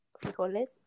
frijoles